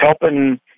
helping